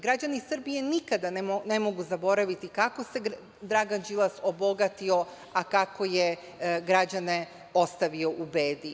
Građani Srbije nikada ne mogu zaboraviti kako se Dragan Đilas obogatio, a kako je građane ostavio u bedi.